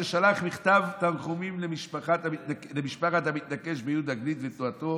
ששלח מכתב תנחומים למשפחת המתנקש ביהודה גליק ותנועתו